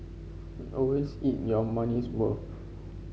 always eat your money's worth